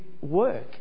work